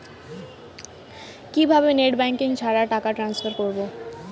কিভাবে net banking ছাড়া টাকা ট্রান্সফার করবো?